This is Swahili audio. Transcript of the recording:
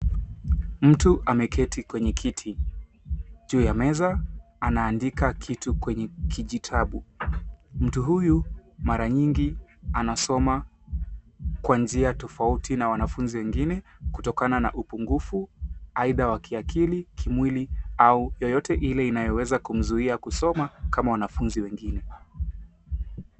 Mtu ameketi kwenye kiti juu ya meza anaandika kitu kwenye kijitabu. Mtu huyu mara nyingi anasoma kwa njia tofauti na wanafuzi wengine kutokana na upungufu aidha wa kiakili, kimwili au yeyote ile inayoweza kumzuia kusoma kama wanafuzi wengine.